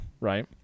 right